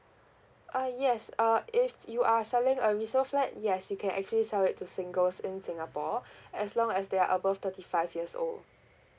uh yes uh if you are selling a resale flat yes you can actually sell it to singles in singapore as long as they're above thirty five years old